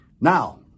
now